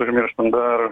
užmirštam dar